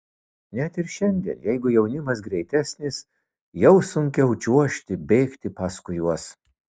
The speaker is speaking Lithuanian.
net ir šiandien jeigu jaunimas greitesnis jau sunkiau čiuožti bėgti paskui juos